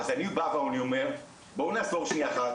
אז אני בא ואומר בואו נעצור שנייה אחת,